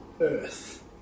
earth